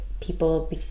people